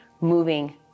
moving